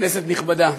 כנסת נכבדה,